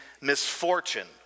misfortune